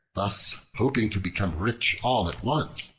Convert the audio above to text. thus hoping to become rich all at once,